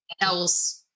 else